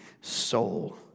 soul